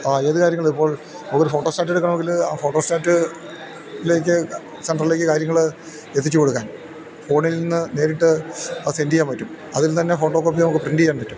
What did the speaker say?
ആ ഏത് കാര്യങ്ങളും ഇപ്പോൾ നമുക്കൊരു ഫോട്ടോസ്റ്റാറ്റ് എടുക്കണമെങ്കില് ആ ഫോട്ടോസ്റ്റാറ്റിലേക്ക് സെൻ്ററിലേക്ക് കാര്യങ്ങള് എത്തിച്ചു കൊടുക്കാൻ ഫോണിൽനിന്ന് നേരിട്ട് അതു സെൻ്റ് ചെയ്യാൻ പറ്റും അതിൽ തന്നെ ഫോട്ടോകോപ്പി നമുക്ക് പ്രിൻ്റെയ്യാൻ പറ്റും